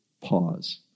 pause